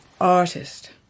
artist